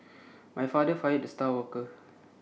my father fired the star worker